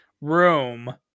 room